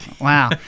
Wow